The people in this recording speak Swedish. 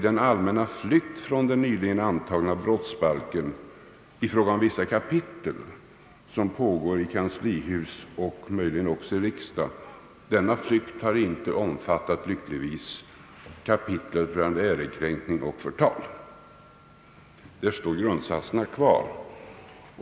Den allmänna flykt från vissa kapitel i den nyligen antagna brottsbalken, som pågår i kanslihuset och möjligen även i riksdagen, omfattar lyckligtvis inte kapitlet om ärekränkning och förtal. Där står grundsatserna kvar.